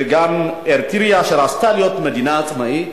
וגם אריתריאה, שרצתה להיות מדינה עצמאית.